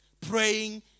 praying